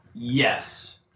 Yes